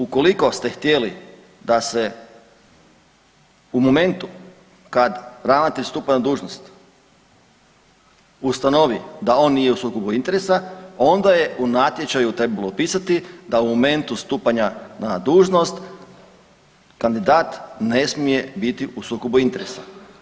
Ukoliko ste htjeli da se u momentu kad ravnatelj stupa na dužnost ustanovi da on nije u sukobu interesa, onda je u natječaju trebalo pisati da u momentu stupanja na dužnost, kandidat ne smije biti u sukobu interesa.